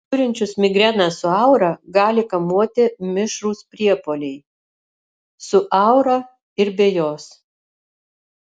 turinčius migreną su aura gali kamuoti mišrūs priepuoliai su aura ir be jos